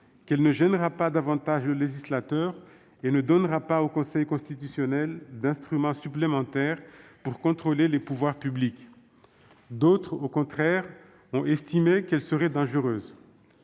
qu'elle ne gênera pas davantage le législateur et ne donnera pas au Conseil constitutionnel un instrument supplémentaire pour contrôler les pouvoirs publics. D'autres, au contraire, ont estimé qu'elle serait dangereuse.